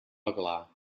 aglà